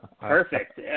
Perfect